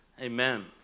Amen